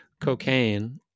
cocaine